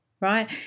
right